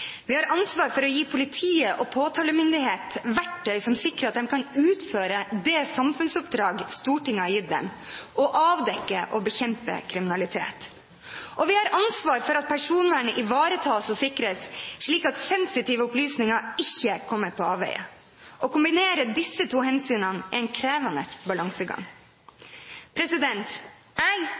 Vi har ansvar for å gi politi og påtalemyndighet verktøy som sikrer at de kan utføre det samfunnsoppdraget Stortinget har gitt dem – å avdekke og bekjempe kriminalitet. Vi har ansvar for at personvernet ivaretas og sikres, slik at sensitive opplysninger ikke kommer på avveier. Å kombinere disse to hensynene er en krevende balansegang. Jeg,